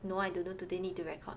no I don't know today need to record